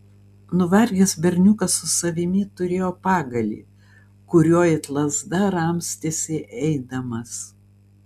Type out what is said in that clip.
nuvargęs berniukas su savimi turėjo pagalį kuriuo it lazda ramstėsi eidamas